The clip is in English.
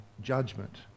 judgment